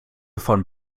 von